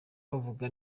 bavuga